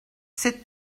sit